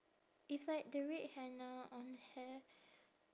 if like the red henna on hair